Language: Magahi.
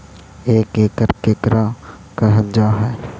एक एकड़ केकरा कहल जा हइ?